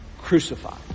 crucified